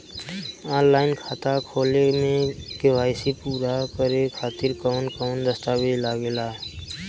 Online खाता खोले में के.वाइ.सी पूरा करे खातिर कवन कवन दस्तावेज लागे ला?